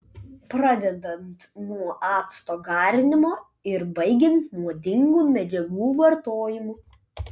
pradedant nuo acto garinimo ir baigiant nuodingų medžiagų vartojimu